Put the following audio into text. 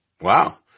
Wow